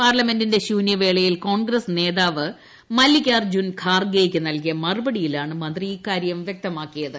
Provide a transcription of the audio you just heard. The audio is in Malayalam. പാർലമെന്റിന്റെ ശൂന്യവേളയിൽ കോൺഗ്രസ് നേതാവ് മല്ലികാർജ്ജുൻ ഖാർഗെക്ക് നൽകിയ മറുപടിയിലാണ് മന്ത്രി ഇക്കാര്യം വ്യക്തമാക്കിയത്